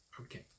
Okay